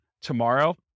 tomorrow